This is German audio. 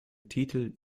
titel